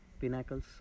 pinnacles